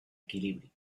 equilibrio